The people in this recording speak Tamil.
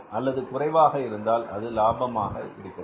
அல்லது குறைவாக இருந்தால்அது லாபமாக இருக்கிறது